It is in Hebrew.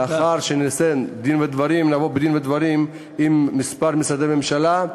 לאחר שנבוא בדברים עם כמה משרדי ממשלה,